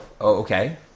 okay